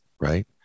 right